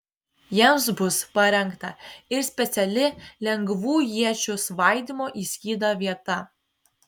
jiems bus parengta ir speciali lengvų iečių svaidymo į skydą vieta